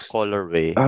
Colorway